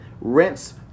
Rinse